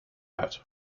uit